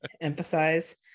emphasize